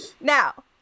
Now